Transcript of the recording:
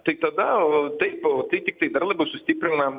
tai tada o taip tai tiktai dar labiau sustiprina